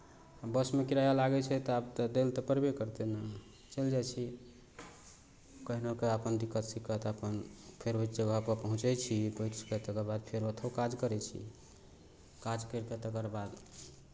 बसमे किराया लागै छै तऽ आब तऽ दै लए तऽ पड़बे करतै ने चलि जाइ छी कहुनोके दिक्कत सिक्कत अपन फेर ओहि जगहपर पहुँचै छी पहुँचि कऽ तकर बाद फेर ओतहो काज करै छी काज करि कऽ तकर बाद